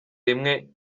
rimwe